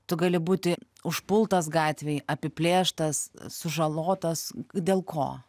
tu gali būti užpultas gatvėj apiplėštas sužalotas dėl ko